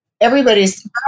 everybody's